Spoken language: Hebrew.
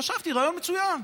חשבתי: רעיון מצוין.